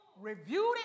reviewed